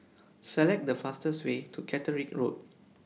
Select The fastest Way to Caterick Road